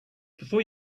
before